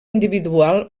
individual